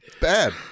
bad